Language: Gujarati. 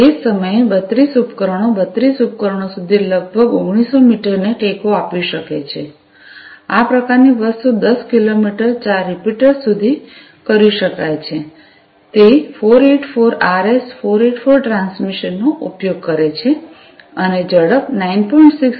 તે જ સમયે 32 ઉપકરણો 32 ઉપકરણો સુધી લગભગ 1900 મીટરને ટેકો આપી શકે છે આ પ્રકારની વસ્તુ 10 કિલોમીટર 4 રિપિટર્સ સુધી કરી શકાય છે તે 484 આરએસ 484 ટ્રાન્સમિશનનો ઉપયોગ કરે છે અને ઝડપ 9